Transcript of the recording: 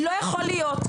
לא יכול להיות,